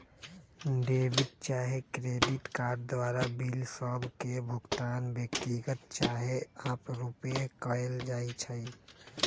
debit चाहे credit card द्वारा bill सभ के भुगतान व्यक्तिगत चाहे आपरुपे कएल जाइ छइ